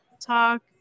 talk